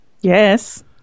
Yes